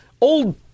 old